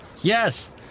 Yes